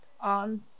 on